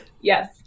yes